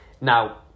Now